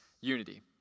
unity